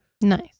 Nice